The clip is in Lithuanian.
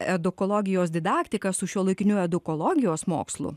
edukologijos didaktika su šiuolaikiniu edukologijos mokslu